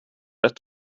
ett